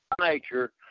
nature